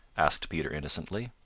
asked peter innocently.